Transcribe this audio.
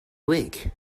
week